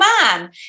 man